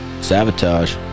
Sabotage